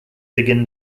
begin